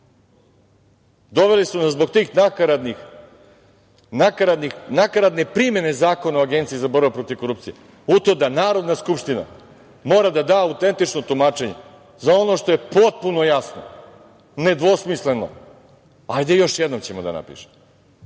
su nas zbog te nakaradne primene Zakona o Agenciji za borbu protiv korupcije u to da Narodna skupština mora da da autentično tumačenje za ono što je potpuno jasno, nedvosmisleno. Hajde, još jednom ćemo da napišemo,